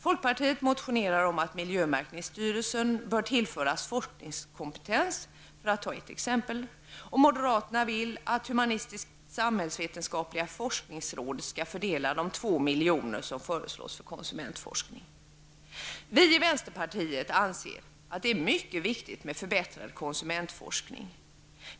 Folkpartiet motionerar om att miljömärkningsstyrelsen bör tillföras forskningskompetens, för att ta ett exempel, och moderaterna vill att humanistisksamhällsvetenskapliga forskningsrådet skall fördela de 2 miljoner som föreslås för konsumentforskning. Vi i vänsterpartiet anser att det är mycket viktigt med förbättrad konsumentforskning.